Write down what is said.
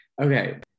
Okay